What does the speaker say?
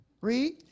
read